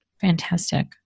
Fantastic